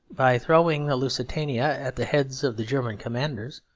by throwing the lusitania at the heads of the german commanders,